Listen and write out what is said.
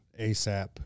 ASAP